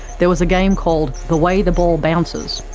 there was a game called the way the ball bounces,